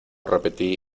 repetí